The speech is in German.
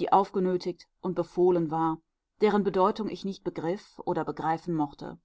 die aufgenötigt und befohlen war deren bedeutung ich nicht begriff oder begreifen mochte